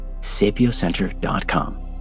sapiocenter.com